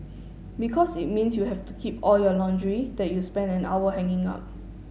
because it means you have to keep all your laundry that you spent an hour hanging up